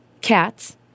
cats